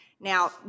Now